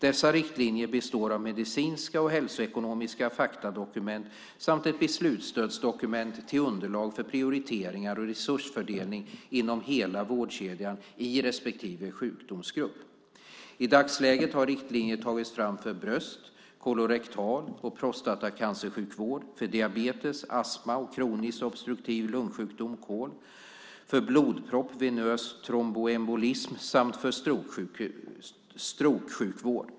Dessa riktlinjer består av medicinska och hälsoekonomiska faktadokument samt ett beslutsstödsdokument till underlag för prioritering och resursfördelning inom hela vårdkedjan i respektive sjukdomsgrupp. I dagsläget har riktlinjer tagits fram för bröst-, kolorektal och prostatacancersjukvård, för diabetes, astma och kroniskt obstruktiv lungsjukdom, KOL, för blodpropp och venös tromboembolism samt för strokesjukvård.